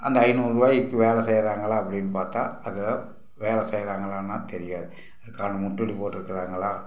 அந்த ஐந்நூறுரூவாயிக்கு வேலை செய்கிறாங்களா அப்படின்னு பார்த்தா அதில் வேலை செய்கிறாங்களான்னா தெரியாது இதுக்கான போட்டிருக்கறாங்களா